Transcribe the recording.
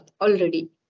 already